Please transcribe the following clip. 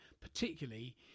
particularly